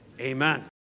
amen